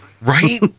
Right